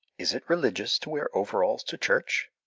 is it religious to wear overalls to church?